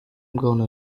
gonna